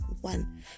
One